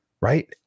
right